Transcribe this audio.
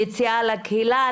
יציאה לקהילה,